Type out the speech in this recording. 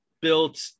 built